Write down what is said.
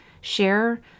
share